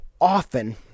often